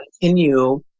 continue